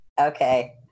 Okay